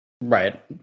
Right